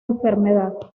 enfermedad